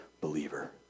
believer